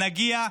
נגיע,